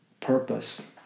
purpose